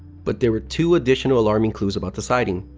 but there were two additional alarming clues about the sighting.